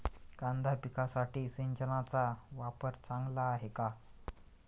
कांदा पिकासाठी सिंचनाचा वापर चांगला आहे का?